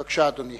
בבקשה, אדוני.